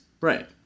Right